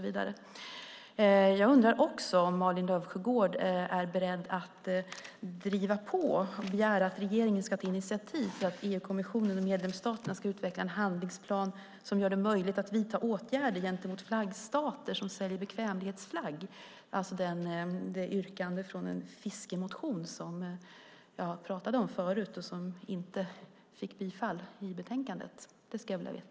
Är Malin Löfsjögård beredd att begära att regeringen ska ta initiativ för att EU-kommissionen och medlemsstaterna ska utveckla en handlingsplan som gör det möjligt att vidta åtgärder gentemot flaggstater som säljer bekvämlighetsflagg? Det handlar alltså om yrkandet i en fiskemotion som jag talade om förut och som inte bifölls i betänkandet.